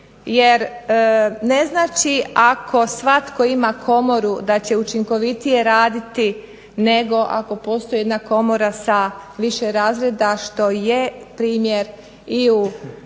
jer ne znači ako svatko ima komoru da će učinkovitije raditi nego ako postoji jedna komora sa više razreda što je primjer i u